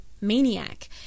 maniac